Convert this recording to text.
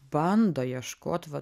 bando ieškot vat